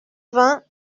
vingt